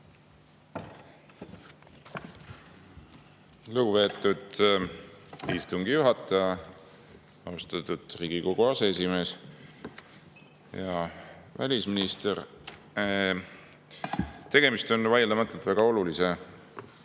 Lugupeetud istungi juhataja! Austatud Riigikogu aseesimees! Hea välisminister! Tegemist on vaieldamatult väga olulise